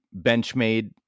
Benchmade